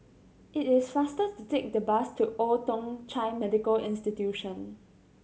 it is faster to take the bus to Old Thong Chai Medical Institution